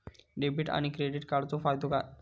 Debit आणि credit कार्डचो फायदो काय?